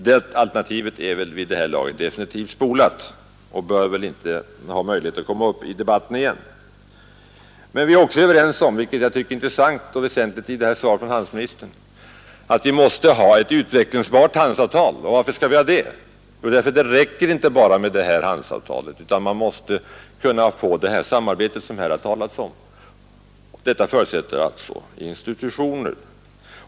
Det alternativet är väl vid det här laget definitivt spolat och bör inte ha möjlighet att komma upp i debatten igen. Men vi är också överens om - vilket jag tycker är intressant och väsentligt i svaret från handelsministern — att vi måste ha ett utvecklingsbart handelsavtal. Och varför skall vi ha det? Jo, därför att det inte räcker med bara detta handelsavtal, utan man måste kunna få till stånd det samarbete som det här talats om, och detta förutsätter alltså institutioner.